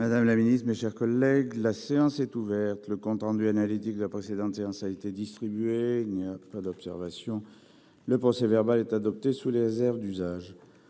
Madame la Ministre, mes chers collègues, la séance est ouverte. Le compte rendu analytique de précédentes séances. C'est distribué pas d'observation, le procès verbal est adopté sous les airs d'usage.